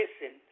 listen